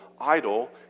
idol